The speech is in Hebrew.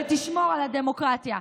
תשמור על הדמוקרטיה.